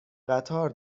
قطار